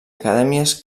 acadèmies